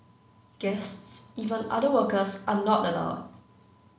guests even other workers are not allowed